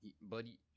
Buddy